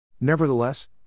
Nevertheless